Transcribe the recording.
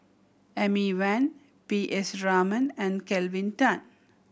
Amy Van P S Raman and Kelvin Tan